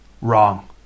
Wrong